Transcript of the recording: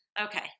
Okay